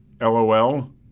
LOL